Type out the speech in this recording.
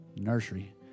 Nursery